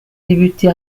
débuté